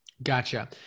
Gotcha